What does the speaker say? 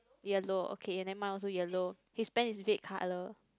yellow okay and then mine also yellow his pant is red colour